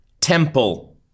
Temple